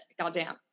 Goddamn